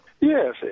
Yes